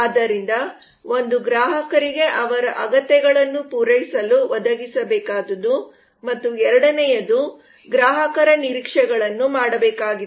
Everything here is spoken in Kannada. ಆದ್ದರಿಂದ ಒಂದು ಗ್ರಾಹಕರಿಗೆ ಅವರ ಅಗತ್ಯಗಳನ್ನು ಪೂರೈಸಲು ಒದಗಿಸಬೇಕಾದದ್ದು ಮತ್ತು ಎರಡನೆಯದು ಗ್ರಾಹಕರ ನಿರೀಕ್ಷೆಗಳನ್ನು ಮಾಡಬೇಕಾಗಿದೆ